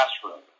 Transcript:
classroom